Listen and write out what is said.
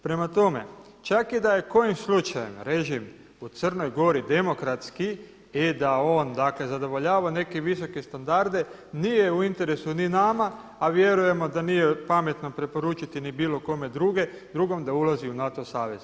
Prema tome, čak i da je kojim slučajem režim u Crnoj Gori demokratski i da on, dakle zadovoljava neke visoke standarde nije u interesu ni nama, a vjerujemo da nije pametno preporučiti ni bilo kome drugom da ulazi u NATO savez.